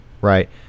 right